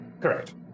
correct